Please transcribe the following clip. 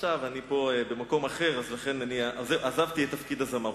עכשיו אני במקום אחר, אז עזבתי את תפקיד הזמר.